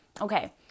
Okay